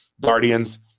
Guardians